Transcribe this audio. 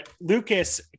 Lucas